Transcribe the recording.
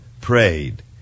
prayed